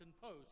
Post